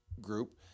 group